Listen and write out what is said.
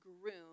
groom